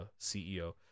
CEO